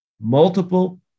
multiple